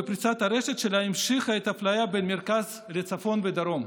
ופריסת הרשת שלה המשיכה את האפליה בין המרכז לבין הצפון והדרום.